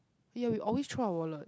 ya we always throw our wallet